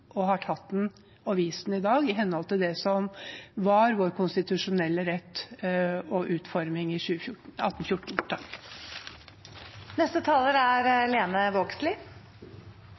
og den makten, og har tatt den og vist den i dag i henhold til det som var vår konstitusjonelle rett og utforming i 1814.